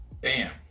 bam